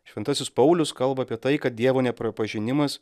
šventasis paulius kalba apie tai kad dievo nepripažinimas